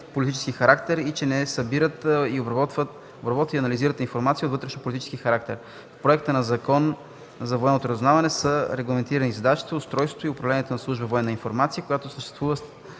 вътрешнополитически характер и че те не събират, обработват и анализират информация от вътрешнополитически характер. В Законопроекта за военното разузнаване са регламентирани задачите, устройството и управлението на служба „Военна информация”, която осъществява